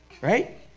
Right